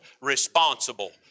responsible